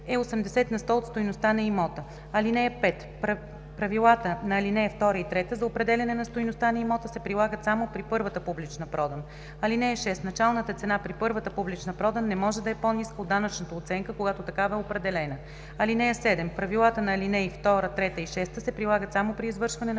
80 на сто от стойността на имота. (5) Правилата на ал. 2 и 3 за определяне на стойността на имота се прилагат само при първата публична продан. (6) Началната цена при първата публична продан не може да е по-ниска от данъчната оценка, когато такава е определена. (7) Правилата на ал. 2, 3 и 6 се прилагат само при извършване на първата